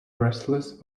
wrestlers